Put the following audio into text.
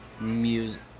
music